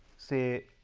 say